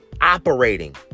operating